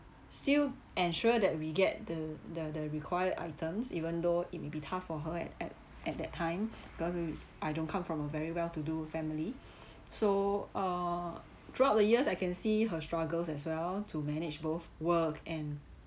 still ensure that we get the the the required items even though it may be tough for her at at at that time cause we I don't come from a very well to do family so uh throughout the years I can see her struggles as well to manage both work and